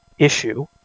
issue